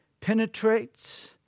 penetrates